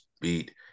beat